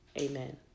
Amen